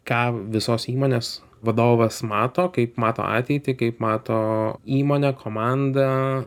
ką visos įmonės vadovas mato kaip mato ateitį kaip mato įmonę komandą